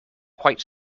quite